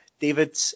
David